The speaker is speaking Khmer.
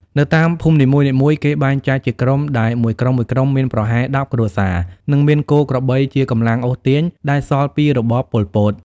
នៅតាមភូមិនីមួយៗ គេបែងចែកជាក្រុមដែលមួយក្រុមៗមានប្រហែល ១០គ្រួសារ និងមានគោ ក្របី ជា កម្លាំងអូសទាញដែលសល់ពីរបប ប៉ុល ពត។